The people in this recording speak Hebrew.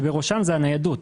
ובראשם ניידות.